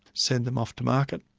send them off to market,